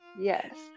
Yes